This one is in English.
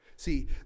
See